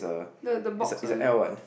the the box one